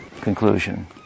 conclusion